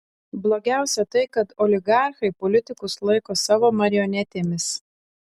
blogiausia tai kad oligarchai politikus laiko savo marionetėmis